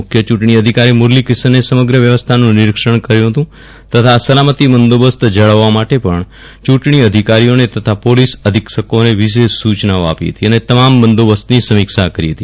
મુખ્ય ચૂંટણી અધિકારી મુરલીકુષ્ણને સમગ્ર વ્યવસ્થાનું નીરિક્ષણ કર્યું હતું તથા સલામતિ બંદોબસ્ત જાળવવા માટે પણ ચૂંટણી અધિકારીઓને તથા પોલીસ અધિક્ષકોને વિશેષ સૂચનાઓ આપી હતી અને તમામ બંદોબસ્તની સમીક્ષા કરી હતી